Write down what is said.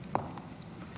19),